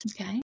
okay